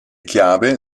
chiave